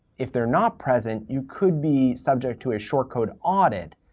if they're not present, you could be subject to a short code audit,